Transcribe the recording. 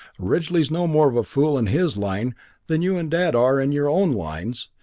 ridgely's no more of a fool in his line than you and dad are in your own lines,